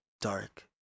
dark